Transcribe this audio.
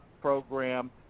program